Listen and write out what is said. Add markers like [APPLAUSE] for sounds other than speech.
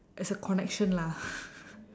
as a connection lah [LAUGHS]